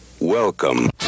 welcome